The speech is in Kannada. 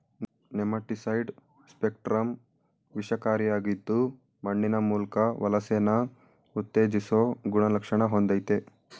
ನೆಮಟಿಸೈಡ್ ಸ್ಪೆಕ್ಟ್ರಮ್ ವಿಷಕಾರಿಯಾಗಿದ್ದು ಮಣ್ಣಿನ ಮೂಲ್ಕ ವಲಸೆನ ಉತ್ತೇಜಿಸೊ ಗುಣಲಕ್ಷಣ ಹೊಂದಯ್ತೆ